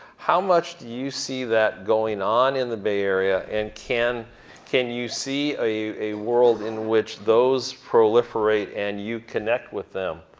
how much do you see that going on in the bay area, and can can you see ah a world in which those proliferate, and you connect with them?